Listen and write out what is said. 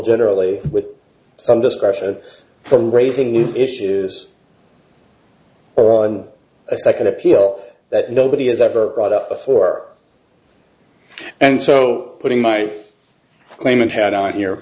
generally with some discretion from raising with issues or on a second appeal that nobody has ever brought up before and so putting my claim and had out here